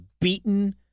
beaten